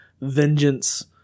vengeance